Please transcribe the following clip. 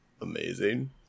amazing